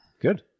Good